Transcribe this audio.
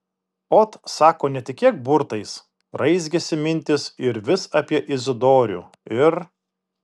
ot sako netikėk burtais raizgėsi mintys ir vis apie izidorių ir